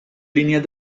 líneas